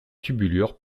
tubulure